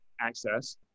access